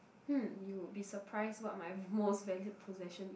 hmm you would be surprised what my most valued possession is